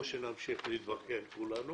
או שנמשיך להתבכיין כולנו